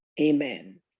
amen